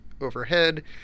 overhead